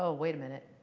ah wait a minute.